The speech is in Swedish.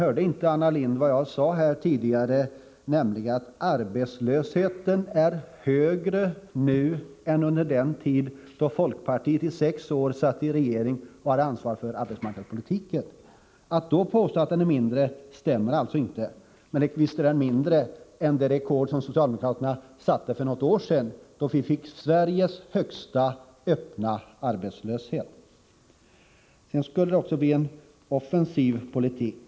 Hörde inte Anna Lindh vad jag sade tidigare, nämligen att arbetslösheten är högre nu än under den tid då folkpartiet i sex år satt i regering och hade ansvar för arbetsmarknadspolitiken? Det stämmer alltså inte när Anna Lindh påstår att den är mindre än då — men visst är den mindre än det rekord som socialdemokraterna satte för något år sedan då vi hade Sveriges högsta öppna arbetslöshet. Det sades också att det skulle bli en offensiv politik.